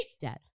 dead